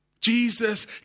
Jesus